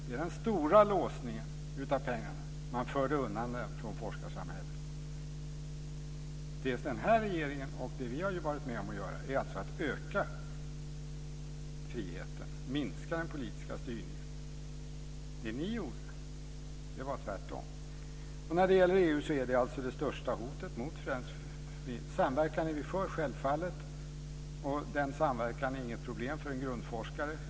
Det är den stora låsningen av pengarna. Man förde undan dem från forskarsamhället. Det som den här regeringen har gjort och som vi har varit med om att göra är alltså att öka friheten och minska den politiska styrningen. Ni gjorde tvärtom. Och EU är alltså det största hotet. Vi är självfallet för samverkan, och den samverkan är inget problem för en grundforskare.